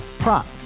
Prop